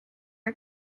are